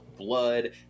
blood